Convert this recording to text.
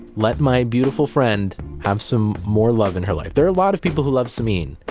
let my beautiful friend have some more love in her life. there are a lot of people who love samin,